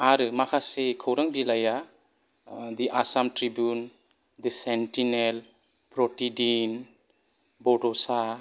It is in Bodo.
आरो माखासे खौरां बिलाइया the Assam Tribune the Sentinel प्रटिदिन बड'सा